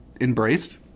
embraced